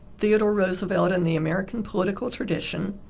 theodore roosevelt and the american political tradition,